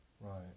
right